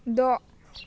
द'